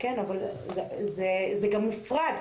אבל זה גם מופרד,